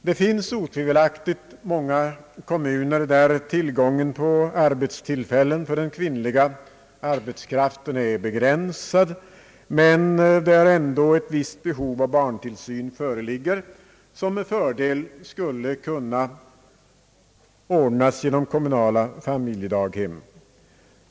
Det finns otvivelaktigt många kommuner där tillgången på arbetstillfällen för den kvinnliga arbetskraften är begränsad men där ändå visst behov av barntillsyn föreligger, som med fördel skulle kunna ordnas genom kommunala familjedaghem.